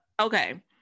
Okay